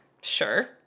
Sure